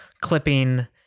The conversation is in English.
Clipping